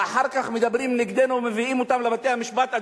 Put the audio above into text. ואחר כך מדברים נגדנו ומביאים אותנו לבתי-המשפט,